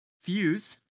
Fuse